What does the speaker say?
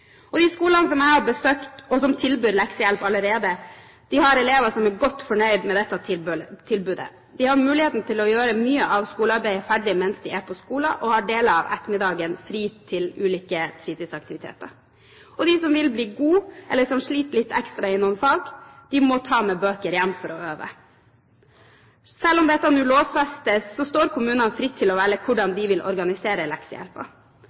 De skolene som jeg har besøkt, og som tilbyr leksehjelp allerede, har elever som er godt fornøyd med dette tilbudet. De har muligheten til å gjøre mye av skolearbeidet ferdig mens de er på skolen, og har deler av ettermiddagen fri til ulike fritidsaktiviteter. De som vil bli gode, eller som sliter litt ekstra i noen fag, må ta med bøker hjem for å øve. Selv om dette nå lovfestes, står kommunene fritt til å velge